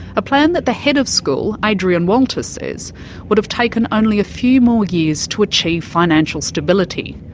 a plan that the head of school, adrian walter, says would have taken only a few more years to achieve financial stability.